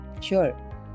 Sure